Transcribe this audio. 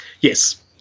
yes